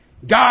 God